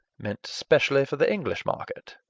meant specially for the english market.